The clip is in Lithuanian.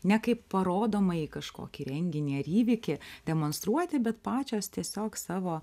ne kaip parodomąjį kažkokį renginį ar įvykį demonstruoti bet pačios tiesiog savo